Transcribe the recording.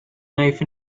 knife